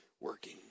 working